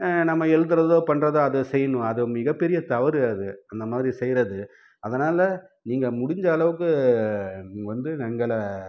நம்ம எழுதுகிறதோ பண்ணுறதோ அதை செய்யணும் அது மிகப்பெரிய தவறு அது அந்த மாதிரி செய்கிறது அதனால நீங்கள் முடிஞ்ச அளவுக்கு நீங்கள் வந்து எங்களை